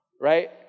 right